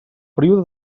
període